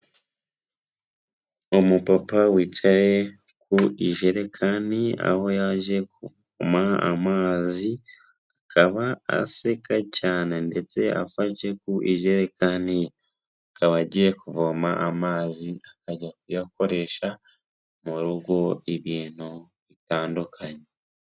Umupapa wicaye ku ijerekani, aho yaje kuvoma amazi akaba aseka cyane ndetse afashe ku ijerekani ye. Akaba agiye kuvoma amazi, akajya kuyakoresha mu rugo ibintu bitandukanye.